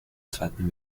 zweiten